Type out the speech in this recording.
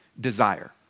desire